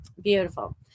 beautiful